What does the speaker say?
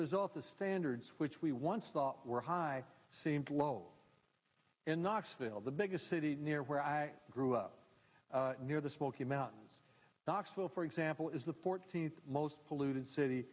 result the standards which we once thought were high seemed low in knoxville the biggest city near where i grew up near the smoky mountains knoxville for example is the fourteenth most polluted city